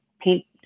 paint